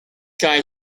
guy